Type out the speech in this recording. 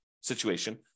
situation